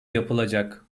yapılacak